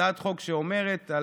הצעת חוק על התיישנות,